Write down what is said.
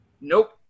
Nope